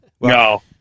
No